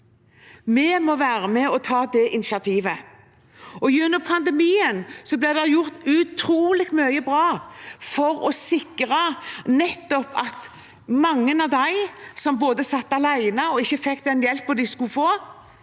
Vi må være med og ta det initiativet. Gjennom pandemien ble det gjort utrolig mye bra for å sikre og ivareta mange av dem som både satt alene og ikke fikk den hjelpen de skulle få,